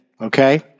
okay